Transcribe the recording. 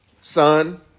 son